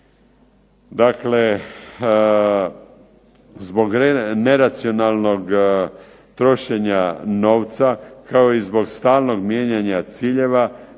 Dakle, zbog neracionalnog trošenja novca kao i zbog stalnog mijenjanja ciljeva,